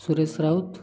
Suresh Raut